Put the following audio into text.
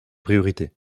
priorités